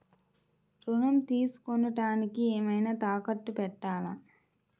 ఋణం తీసుకొనుటానికి ఏమైనా తాకట్టు పెట్టాలా?